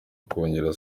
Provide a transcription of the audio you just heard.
kongerera